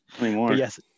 yes